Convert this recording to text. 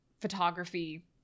photography